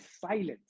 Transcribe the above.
silent